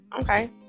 Okay